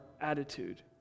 attitude